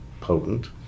potent